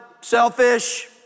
Selfish